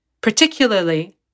Particularly